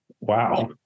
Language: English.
wow